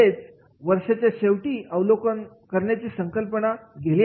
म्हणजेच वर्षाच्या शेवटी अवलोकन करण्याचा संकल्पना गेले आहे